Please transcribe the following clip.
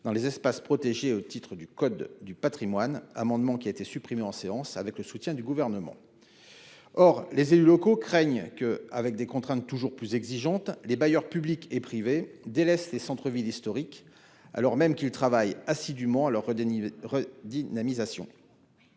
dans des espaces protégés au titre du code du patrimoine. Toutefois, en séance, cette disposition a été supprimée avec le soutien du Gouvernement. Or les élus locaux craignent que, en raison de contraintes toujours plus exigeantes, les bailleurs publics et privés ne délaissent les centres-villes historiques, alors même qu'ils travaillent assidûment à leur redynamisation.